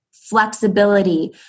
flexibility